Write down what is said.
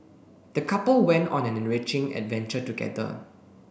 the couple went on an enriching adventure together